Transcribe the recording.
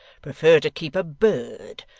prefer to keep a bird,